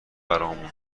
برامون